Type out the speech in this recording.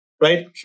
right